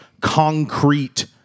concrete